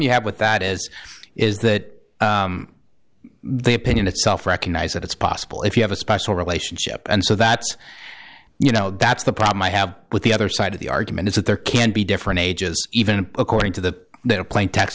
you have with that is is that the opinion itself recognise that it's possible if you have a special relationship and so that's you know that's the problem i have with the other side of the argument is that there can be different ages even according to the